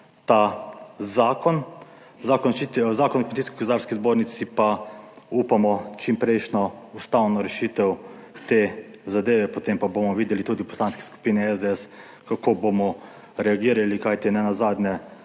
o zaščiti, Zakona o Kmetijsko-gozdarski zbornici pa upamo čimprejšnjo ustavno rešitev te zadeve, potem pa bomo videli tudi v Poslanski skupini SDS, kako bomo reagirali, kajti nenazadnje